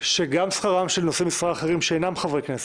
שגם שכרם של נושאי משרה אחרים שאינם חברי כנסת,